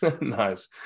Nice